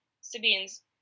Sabine's